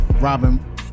Robin